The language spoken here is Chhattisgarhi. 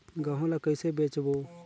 गहूं ला कइसे बेचबो?